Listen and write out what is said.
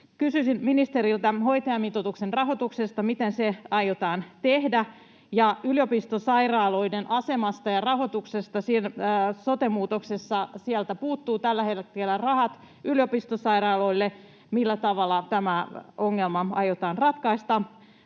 Kysyisin ministeriltä hoitajamitoituksen rahoituksesta, siitä, miten se aiotaan tehdä, ja yliopistosairaaloiden asemasta ja rahoituksesta sote-muutoksessa. Sieltä puuttuu tällä hetkellä rahat yliopistosairaaloille. Millä tavalla tämä ongelma aiotaan ratkaista?